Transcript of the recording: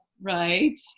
Right